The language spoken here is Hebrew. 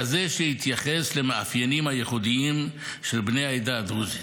כזה שיתייחס למאפיינים הייחודיים של בני העדה הדרוזית.